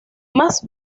más